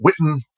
Witten